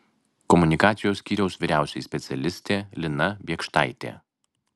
komunikacijos skyriaus vyriausioji specialistė lina biekštaitė